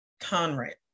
Conrad